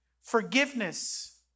forgiveness